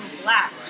black